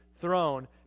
throne